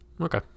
Okay